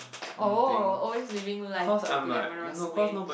oh always living life the glamorous way